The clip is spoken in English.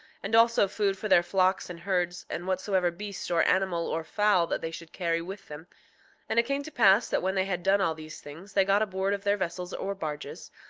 and also food for their flocks and herds, and whatsoever beast or animal or fowl that they should carry with them and it came to pass that when they had done all these things they got aboard of their vessels or barges,